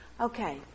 okay